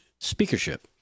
speakership